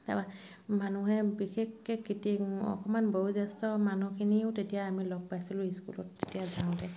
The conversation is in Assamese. তাৰপৰা মানুহে বিশেষকৈ কৃতি অকণমান বয়োজ্যেষ্ঠ মানুহখিনিও তেতিয়া আমি লগ পাইছিলোঁ স্কুলত তেতিয়া যাওঁতে